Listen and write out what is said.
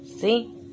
See